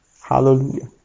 Hallelujah